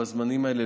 בזמנים האלה,